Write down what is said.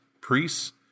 priests